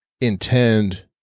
intend